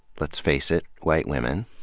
let's face it, white women.